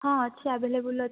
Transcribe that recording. ହଁ ଅଛି ଆଭେଲେବୁଲ୍ ଅଛି